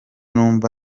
numva